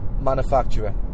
manufacturer